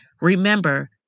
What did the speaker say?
Remember